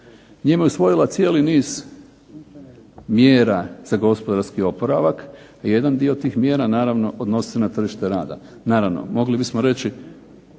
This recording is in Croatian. Njime je usvojila cijeli niz mjera za gospodarski oporavak i jedan dio tih mjera naravno odnosi se na tržište rada. Naravno, mogli bismo reći